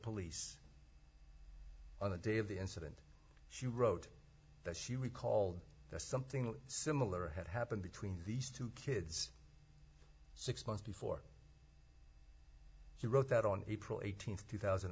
police on the day of the incident she wrote that she recalled that something similar had happened between these two kids six months before she wrote that on april eighteenth two thousand